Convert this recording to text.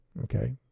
Okay